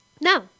No